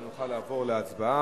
אנחנו נוכל לעבור להצבעה.